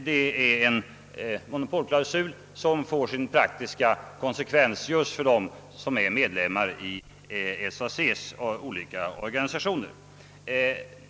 Det är en monopolklausul som får sin praktiska konsekvens just för dem som är medlemmar i SAC:s olika organisationer.